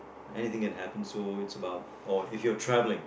anything can happen so it's about or if you are travelling